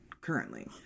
currently